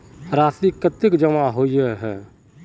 राशि कतेक जमा होय है?